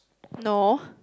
no